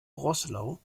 roßlau